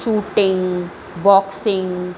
shooting boxing